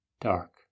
dark